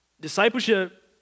discipleship